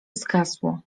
zgasło